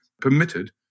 permitted